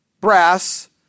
brass